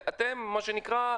ואתם מה שנקרא,